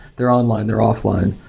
they're online, they're offline,